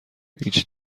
هیچ